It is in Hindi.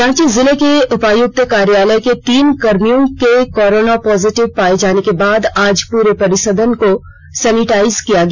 रांची जिले के उपायुक्त कार्यालय के तीन कर्मियों के कोरोना पॉजिटिव पाए जाने के बाद आज पूरे परिसर को सेनिटाइज किया गया